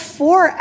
four